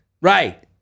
Right